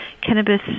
cannabis